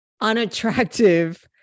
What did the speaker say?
Unattractive